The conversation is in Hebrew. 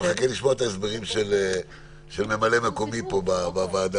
אני מחכה לשמוע את הסיפורים של ממלא מקומי פה בוועדה,